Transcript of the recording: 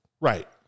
Right